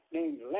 named